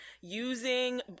using